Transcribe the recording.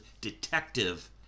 detective